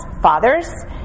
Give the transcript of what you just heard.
Fathers